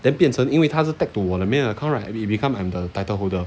then 变成因为它是 tag to 我的 main account right then become I'm the title holder